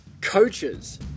coaches